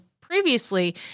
previously